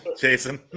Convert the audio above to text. Jason